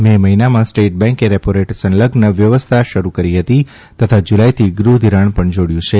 મે મહિનાથી સ્ટેટ બેંકે રેપોરેટ સંલઝ્ન વ્યવસ્થા શરૂ કરી હતી તથા જુલાઇથી ગૃહઘિરાણ પણ જાડ્યું છે